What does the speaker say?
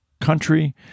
country